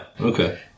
Okay